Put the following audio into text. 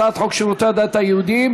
הצעת חוק שירותי הדת היהודיים,